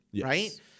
Right